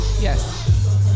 Yes